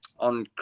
On